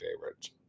favorites